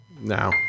Now